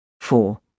Four